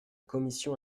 commission